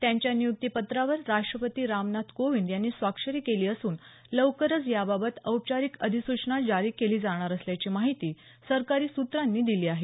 त्यांच्या नियुक्तीपत्रावर राष्ट्रपती रामनाथ कोविंद यांनी स्वाक्षरी केली असून लवकरच याबाबत औपचारिक अधिसूचना जारी केली जाणार असल्याची माहिती सरकारी सूत्रांनी दिली आहे